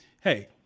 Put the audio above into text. Hey